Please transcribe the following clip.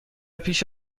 پیش